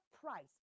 price